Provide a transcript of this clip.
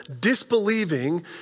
disbelieving